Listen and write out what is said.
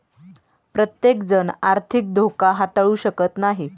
प्रत्येकजण आर्थिक धोका हाताळू शकत नाही